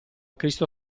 cristo